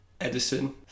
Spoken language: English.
Edison